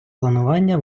планування